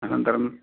अनन्तरम्